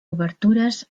obertures